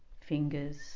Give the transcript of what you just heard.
fingers